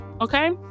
Okay